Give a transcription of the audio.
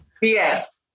Yes